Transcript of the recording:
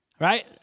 Right